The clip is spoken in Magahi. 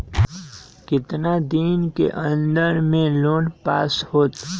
कितना दिन के अन्दर में लोन पास होत?